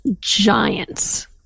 giants